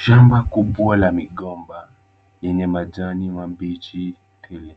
Shamba kubwa la migomba lenye majani mabichi tele